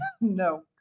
No